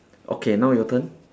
okay now your turn